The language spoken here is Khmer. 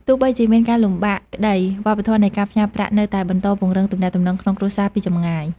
ទោះបីជាមានការលំបាកក្ដី វប្បធម៌នៃការផ្ញើប្រាក់នៅតែបន្តពង្រឹងទំនាក់ទំនងក្នងគ្រួសារពីចម្ងាយ។